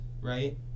right